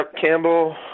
Campbell